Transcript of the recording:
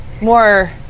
more